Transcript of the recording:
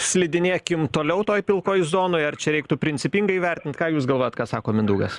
slidinėkim toliau toj pilkoj zonoj ar čia reiktų principingai įvertint ką jūs galvojat ką sako mindaugas